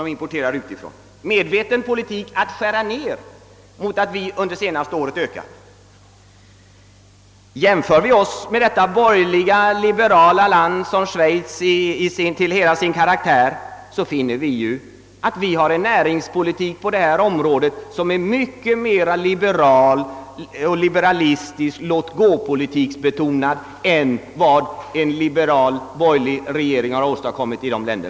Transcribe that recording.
Schweiz för alltså en politik som medvetet syftar till att skära ned antalet utländska arbetare, medan antalet utländska arbetare i Sverige under det senaste året ökat. Jämför vi oss med det borgerliga, liberala Schweiz finner vi att vi på detta område för en näringspolitik som är mycket mer liberal och låt-gå-betonad än den liberala borgerliga regeringen åstadkommit i det landet.